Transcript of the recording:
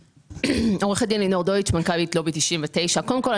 אני מנכ"לית לובי 99. קודם כול,